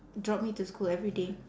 drop me to school every day